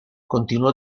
continuó